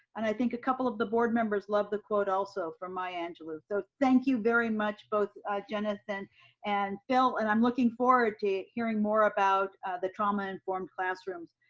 and i think a couple of the board members love the quote also from maya angelou. so thank you very much, both jenith and and phil, and i'm looking forward to hearing more about the trauma informed classrooms,